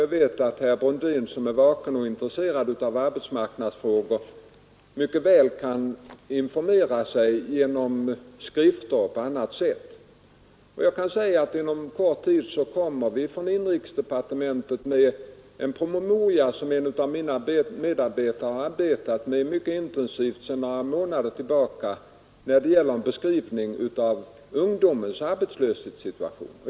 Jag vet också att herr Brundin som är vaken och intresserad av arbetsmarknadsfrågor mycket väl kan informera sig genom skrifter och på annat sätt. Inom kort tid kommer vi från inrikesdepartementet med en promemoria som en av mina medarbetare arbetat med mycket intensivt sedan några månader. Det gäller en beskrivning av ungdomens arbetslöshetssituation.